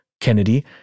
Kennedy